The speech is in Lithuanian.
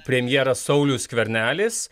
premjeras saulius skvernelis